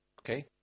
okay